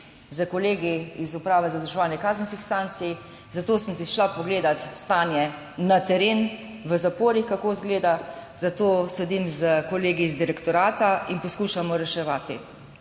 s kolegi iz Uprave za izvrševanje kazenskih sankcij, zato sem si šla pogledati stanje na teren v zaporih, kako izgleda, zato sedim s kolegi iz direktorata in poskušamo reševati